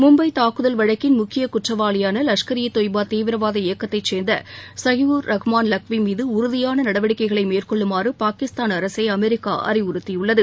மும்பை தாக்குதல் வழக்கின் முக்கிய குற்றவாளியான லஷ்கர் ஈ தொய்பா தீவிரவாத இயக்கத்தைச் சேர்ந்த ஐகியூர் ரஹ்மாள் லக்வி மீது உறுதியாள நடவடிக்கைகளை மேற்கொள்ளுமாறு பாகிஸ்தாள் அரசை அமெரிக்கா அறிவுறுத்தியுள்ளது